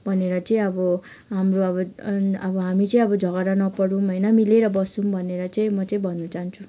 भनेर चाहिँ अब हाम्रो अब हामी चाहिँ अब झगडा नपरौँ होइन मिलेर बसौँ भनेर म चाहिँ भन्नु चाहन्छु